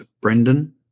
Brendan